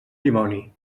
dimoni